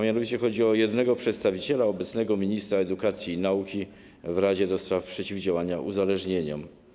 Mianowicie chodzi o jednego przedstawiciela obecnego ministra edukacji i nauki w Radzie do Spraw Przeciwdziałania Uzależnieniom.